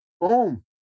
boom